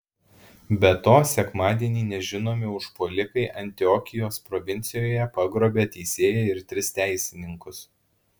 be to sekmadienį nežinomi užpuolikai antiokijos provincijoje pagrobė teisėją ir tris teisininkus